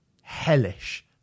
hellish